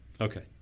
Okay